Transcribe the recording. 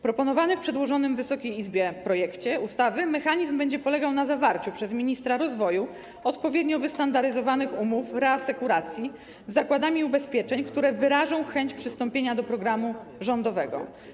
Proponowany w przedłożonym Wysokiej Izbie projekcie ustawy mechanizm będzie polegał na zawarciu przez ministra rozwoju odpowiednio wystandaryzowanych umów reasekuracji z zakładami ubezpieczeń, które wyrażą chęć przystąpienia do programu rządowego.